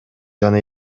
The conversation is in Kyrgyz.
жана